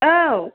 औ